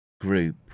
group